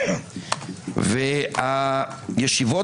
ישיבות